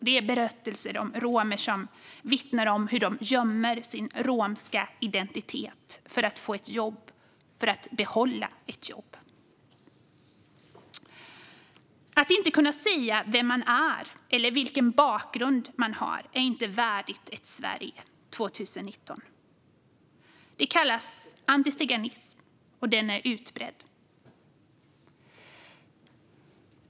Det är berättelser där romer vittnar om hur de gömmer sin romska identitet för att få ett jobb och behålla ett jobb. Att inte kunna säga vem man är eller vilken bakgrund man har är inte värdigt ett Sverige år 2019. Det kallas antiziganism, och den är utbredd.